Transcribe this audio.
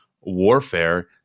warfare